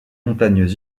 montagnes